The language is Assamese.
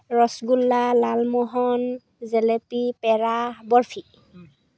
ৰসগোল্লা লালমোহন জেলেপী পেৰা বৰফি